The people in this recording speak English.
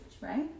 right